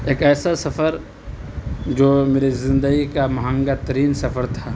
ایک ایسا سفر جو میری زندگی کا مہنگا ترین سفر تھا